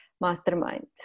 mastermind